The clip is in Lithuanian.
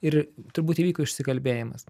ir turbūt ir įvyko išsikalbėjimas